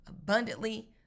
Abundantly